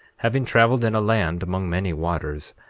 having traveled in a land among many waters,